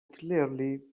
clearly